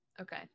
Okay